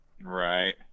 Right